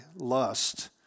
lust